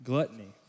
Gluttony